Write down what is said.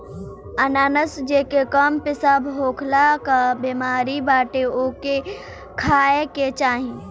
अनानास जेके कम पेशाब होखला कअ बेमारी बाटे ओके खाए के चाही